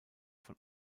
von